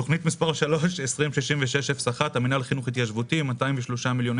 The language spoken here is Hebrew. תוכנית מספר 3: 206601 המינהל חינוך התיישבותי - 203,688